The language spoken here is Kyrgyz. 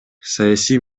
саясий